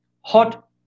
hot